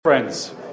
Friends